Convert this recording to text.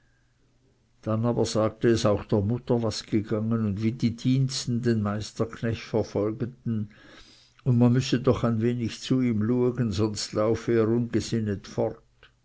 dann aber sagte es auch der mutter was gegangen und wie die diensten den meisterknecht verfolgeten und man müsse doch ein wenig zu ihm luegen sonst laufe er ungsinnet fort